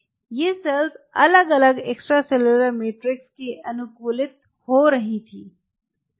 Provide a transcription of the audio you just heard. ये सेल्स अलग अलग एक्स्ट्रासेलुलर मैट्रिक्स के अनुकूलित हो रही थीं